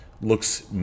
looks